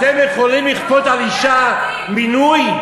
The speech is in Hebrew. אתם יכולים לכפות על אישה מינוי?